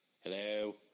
Hello